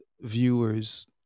viewers